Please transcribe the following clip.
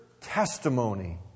testimony